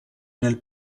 nel